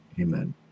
Amen